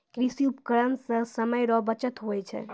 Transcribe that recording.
कृषि उपकरण से समय रो बचत हुवै छै